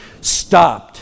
stopped